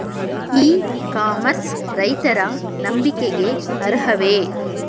E commerce ರೈತರ ನಂಬಿಕೆಗೆ ಅರ್ಹವೇ?